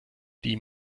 die